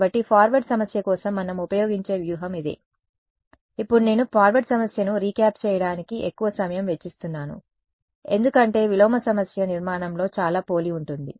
కాబట్టి ఫార్వర్డ్ సమస్య కోసం మనం ఉపయోగించే వ్యూహం ఇదే ఇప్పుడు నేను ఫార్వర్డ్ సమస్యను రీక్యాప్ చేయడానికి ఎక్కువ సమయం వెచ్చిస్తున్నాను ఎందుకంటే విలోమ సమస్య నిర్మాణంలో చాలా పోలి ఉంటుంది